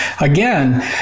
again